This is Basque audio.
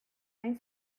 hain